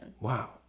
Wow